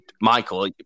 Michael